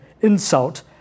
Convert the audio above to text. insult